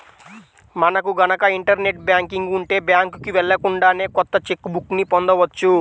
మనకు గనక internet banking ఉంటే బ్యాంకుకి వెళ్ళకుండానే కొత్త చెక్ బుక్ ని పొందవచ్చు